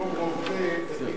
במקום רופא, צריך